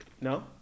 no